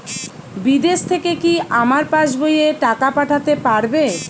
বিদেশ থেকে কি আমার পাশবইয়ে টাকা পাঠাতে পারবে?